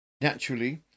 naturally